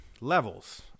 levels